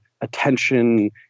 attention